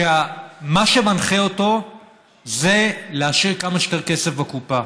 מה שמנחה אותו זה להשאיר כמה שיותר כסף בקופה.